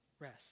rest